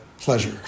pleasure